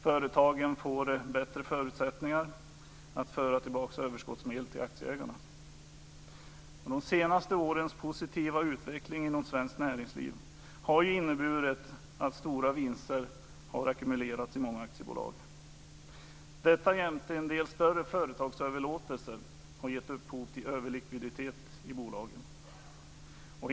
Företagen får bättre förutsättningar att föra tillbaka överskottsmedel till aktieägarna. De senaste årens positiva utveckling inom svenskt näringsliv har inneburit att stora vinster har ackumulerats i många aktiebolag. Detta jämte en del större företagsöverlåtelser har gett upphov till överlikviditet i bolagen.